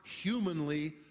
humanly